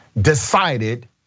decided